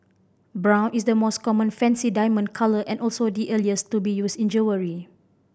brown is the most common fancy diamond colour and also the earliest to be used in jewellery